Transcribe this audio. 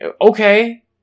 Okay